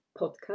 podcast